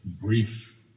brief